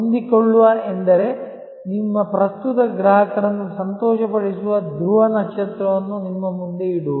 ಹೊಂದಿಕೊಳ್ಳುವ ಎಂದರೆ ನಿಮ್ಮ ಪ್ರಸ್ತುತ ಗ್ರಾಹಕರನ್ನು ಸಂತೋಷಪಡಿಸುವ ಧ್ರುವ ನಕ್ಷತ್ರವನ್ನು ನಿಮ್ಮ ಮುಂದೆ ಇಡುವುದು